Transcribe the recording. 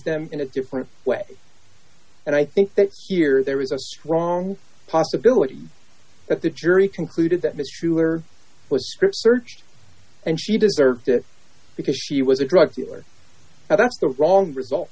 them in a different way and i think that here there is a strong possibility that the jury concluded that mr brewer was script searched and she deserved it because she was a drug dealer that's the wrong result